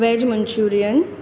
veg manchurian